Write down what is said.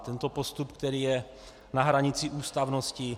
Tento postup, který je na hranici ústavnosti.